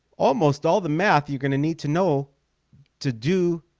almost all the math. you're going to need to know to do